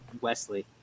Wesley